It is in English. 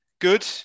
Good